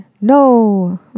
No